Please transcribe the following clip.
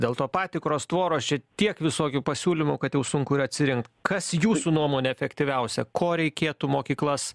dėl to patikros tvoros čia tiek visokių pasiūlymų kad jau sunku ir atsirinkt kas jūsų nuomone efektyviausia ko reikėtų mokyklas